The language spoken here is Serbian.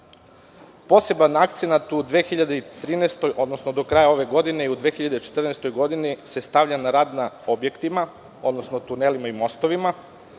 godine. Poseban akcenat u 2013. odnosno do kraja ove godine i u 2014. godini se stavlja na rad na objektima, odnosno tunelima i mostovima